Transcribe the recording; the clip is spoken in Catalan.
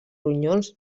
ronyons